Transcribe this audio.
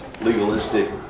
legalistic